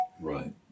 right